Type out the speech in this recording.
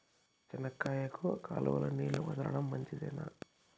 చెనక్కాయకు కాలువలో నీళ్లు వదలడం మంచిదేనా?